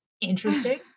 interesting